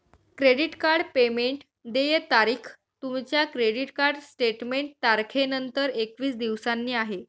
credit card payment देय तारीख तुमच्या क्रेडिट कार्ड स्टेटमेंट तारखेनंतर एकवीस दिवसांनी आहे